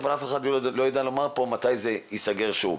אבל אף אחד לא יודע לומר פה מתי זה ייסגר שוב.